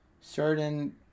certain